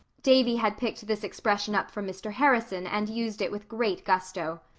davy had picked this expression up from mr. harrison and used it with great gusto.